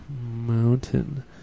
mountain